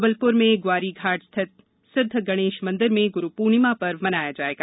जबलपुर में ग्वारी घाट स्थित सिद्द गणेश मंदिर में गुरू पूर्णिमा पर्व मनाया जाएगा